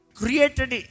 created